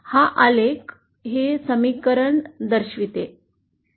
हा आलेख हे समीकरण दर्शवते